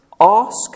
ask